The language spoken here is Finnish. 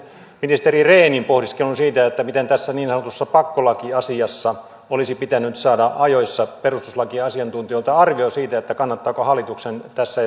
ministeri rehnin pohdiskelun siitä miten tässä niin sanotussa pakkolakiasiassa olisi pitänyt saada ajoissa perustuslakiasiantuntijoilta arvio siitä kannattaako hallituksen tässä